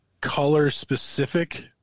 color-specific